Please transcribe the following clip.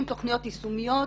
עם תוכניות יישומיות,